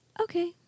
okay